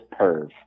perv